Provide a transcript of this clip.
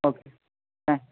okay